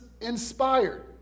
inspired